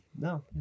no